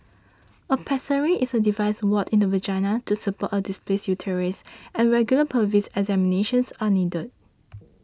a pessary is a device worn in the vagina to support a displaced uterus and regular pelvic examinations are needed